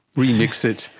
remix it,